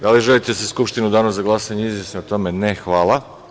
Da li želite da se Skupština u danu za glasanje izjasni o tome? (Ne.) Hvala.